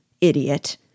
idiot